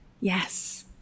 yes